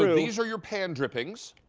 these are your pan drippings.